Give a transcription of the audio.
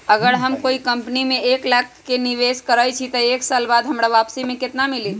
अगर हम कोई कंपनी में एक लाख के निवेस करईछी त एक साल बाद हमरा वापसी में केतना मिली?